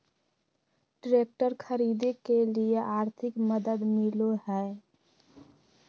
Tractor खरीदे के लिए आर्थिक मदद मिलो है?